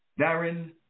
Darren